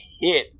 hit